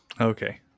Okay